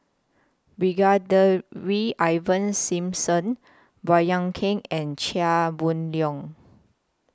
Brigadier Ivan Simson Baey Yam Keng and Chia Boon Leong